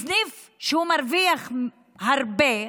סניף שמרוויח הרבה,